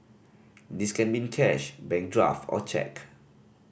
this can be in cash bank draft or cheque